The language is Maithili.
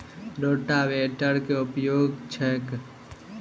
रोटावेटरक केँ उपयोग छैक?